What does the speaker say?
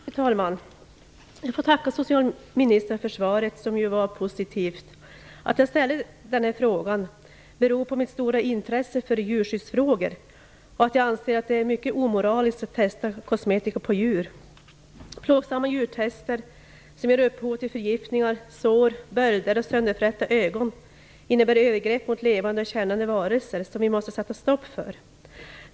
Frun talman! Jag får tacka socialministern för svaret, som ju var positivt. Att jag ställde den här frågan beror på mitt stora intresse för djurskyddsfrågor och på att jag anser det vara mycket omoraliskt att testa kosmetika på djur. Plågsamma djurtest som ger upphov till förgiftningar, sår, bölder och sönderfrätta ögon innebär övergrepp mot levande och kännande varelser som vi måste sätta stopp för.